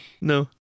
no